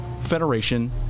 Federation